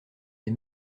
les